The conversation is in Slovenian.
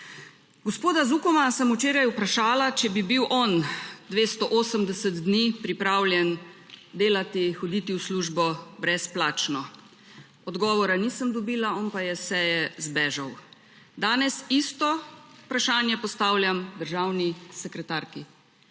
Gospoda z Ukoma sem včeraj vprašala, če bi bil on 280. dni pripravljen delati, hoditi v službo brezplačno. Odgovora nisem dobila, on pa je s seje zbežal. Danes isto vprašanje postavljam državni sekretarki.